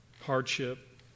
hardship